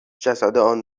جسدان